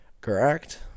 Correct